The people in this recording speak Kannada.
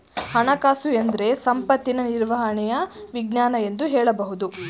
ಹಣಕಾಸುಎಂದ್ರೆ ಸಂಪತ್ತಿನ ನಿರ್ವಹಣೆಯ ವಿಜ್ಞಾನ ಎಂದು ಹೇಳಬಹುದು